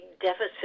deficit